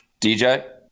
DJ